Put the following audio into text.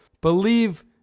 Believe